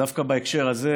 דווקא בהקשר הזה,